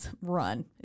run